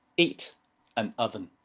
eight an oven,